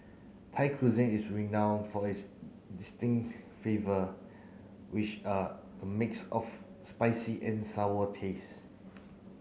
Thai Cuisine is renowned for its distinct flavour which are a mix of spicy and sour taste